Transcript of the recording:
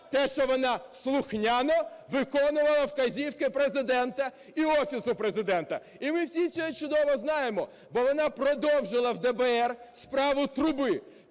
те, що вона слухняно виконувала вказівки Президента і Офісу Президента. І ми всі це чудово знаємо, бо вона продовжила в ДБР справу Труби.